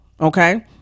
Okay